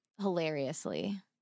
hilariously